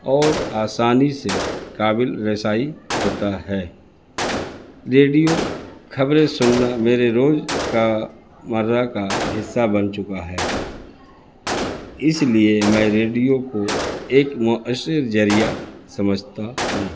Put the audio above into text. اور آسانی سے قابل رسائی ہوتا ہے ریڈیو خبریں سننا میرے روزمرہ کا حصہ بن چکا ہے اس لیے میں ریڈیو کو ایک مؤثر ذریعہ سمجھتا ہوں